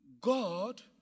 God